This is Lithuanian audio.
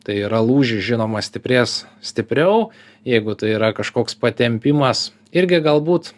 tai yra lūžis žinoma stiprės stipriau jeigu tai yra kažkoks patempimas irgi galbūt